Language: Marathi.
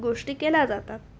गोष्टी केल्या जातात